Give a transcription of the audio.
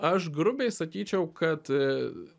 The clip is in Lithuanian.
aš grubiai sakyčiau kad